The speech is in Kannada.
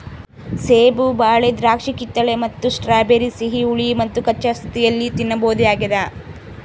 ಸೇಬು ಬಾಳೆ ದ್ರಾಕ್ಷಿಕಿತ್ತಳೆ ಮತ್ತು ಸ್ಟ್ರಾಬೆರಿ ಸಿಹಿ ಹುಳಿ ಮತ್ತುಕಚ್ಚಾ ಸ್ಥಿತಿಯಲ್ಲಿ ತಿನ್ನಬಹುದಾಗ್ಯದ